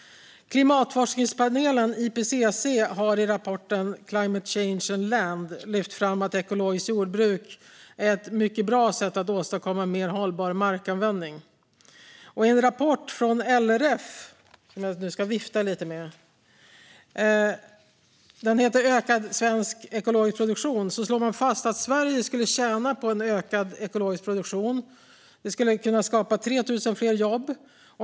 Klimatforskningspanelen IPCC har i rapporten Climate Change and Land lyft fram att ekologiskt jordbruk är ett bra sätt att åstadkomma en mer hållbar markanvändning. I en rapport från LRF som heter Ökad svensk ekologisk produktion - jag viftar med den i handen här - slår man fast att Sverige skulle tjäna på ökad ekologisk produktion. Det skulle kunna skapa 3 000 fler jobb.